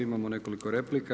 Imamo nekoliko replika.